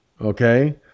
okay